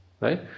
right